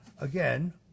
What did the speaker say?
Again